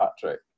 Patrick